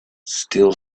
still